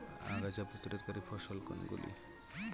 আগাছা প্রতিরোধকারী ফসল কোনগুলি?